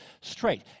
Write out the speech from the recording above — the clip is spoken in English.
straight